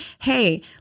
Hey